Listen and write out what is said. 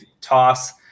toss